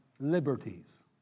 liberties